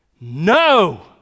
No